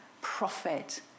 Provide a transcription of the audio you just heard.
prophet